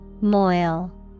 Moil